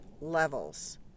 levels